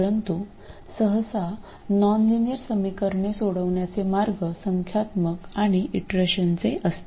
परंतु सहसा नॉनलिनियर समीकरणे सोडविण्याचे मार्ग संख्यात्मक आणि इटरेशनचे असतात